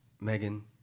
Megan